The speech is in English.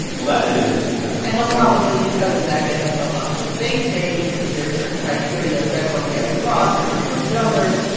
well, that's an interesting guy and he'll probably, because of that, get himself onto the debate stage because there are certain criteria thresholds you have to cross certain number of donors,